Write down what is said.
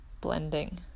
blending